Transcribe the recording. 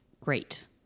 great